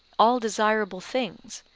all desirable things,